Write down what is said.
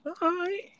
Bye